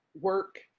work